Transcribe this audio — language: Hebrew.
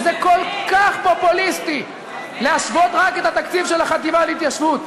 וזה כל כך פופוליסטי להשוות רק את התקציב של החטיבה להתיישבות.